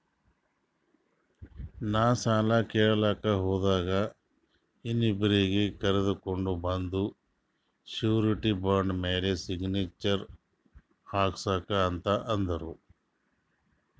ನಾ ಸಾಲ ಕೇಳಲಾಕ್ ಹೋದಾಗ ಇನ್ನೊಬ್ರಿಗಿ ಕರ್ಕೊಂಡ್ ಬಂದು ಶೂರಿಟಿ ಬಾಂಡ್ ಮ್ಯಾಲ್ ಸಿಗ್ನೇಚರ್ ಹಾಕ್ಸೂ ಅಂತ್ ಅಂದುರ್